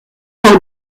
par